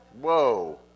Whoa